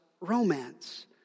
romance